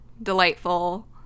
delightful